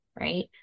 right